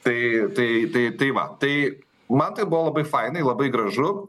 tai tai tai va tai man tai buvo labai fainai labai gražu